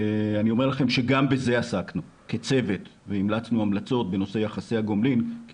ואני אומר לכם שגם בזה עסקנו כצוות והמלצנו המלצות בנושא יחסי הגומלין כי